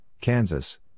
Kansas